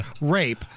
rape